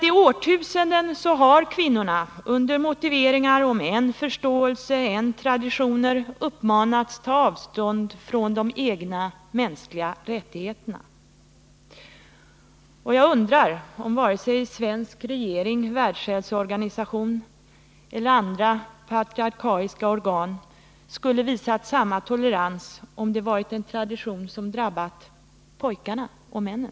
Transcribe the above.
I årtusenden har kvinnorna under motiveringar om än förståelse, än traditioner uppmanats att ta ävstånd från de egna mänskliga rättigheterna. Och jag undrar om den svenska regeringen, Världshälsoorganisationen eller andra patriarkaliska organ skulle ha visat samma tolerans om denna tradition hade drabbat pojkarna och männen.